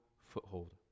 foothold